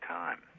time